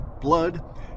blood